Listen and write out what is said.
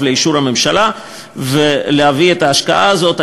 לאישור הממשלה ולהביא את ההשקעה הזאת.